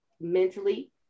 mentally